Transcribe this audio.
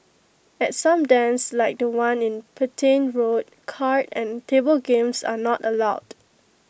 at some dens like The One in Petain road card and table games are not allowed